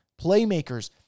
playmakers